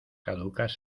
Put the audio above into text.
caducas